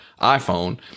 iPhone